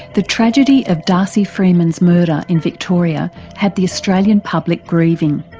the tragedy of darcey freeman's murder in victoria had the australian public grieving.